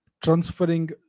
transferring